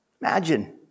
Imagine